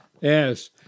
Yes